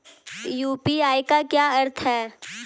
UPI का क्या अर्थ है?